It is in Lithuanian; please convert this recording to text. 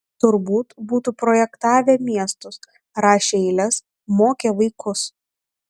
turbūt būtų projektavę miestus rašę eiles mokę vaikus